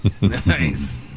Nice